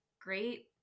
great